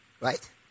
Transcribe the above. Right